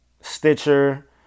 Stitcher